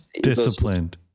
disciplined